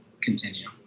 continue